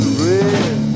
red